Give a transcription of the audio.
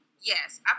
Yes